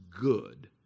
good